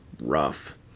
rough